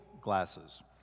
glasses